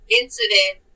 incident